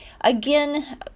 Again